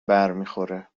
برمیخوره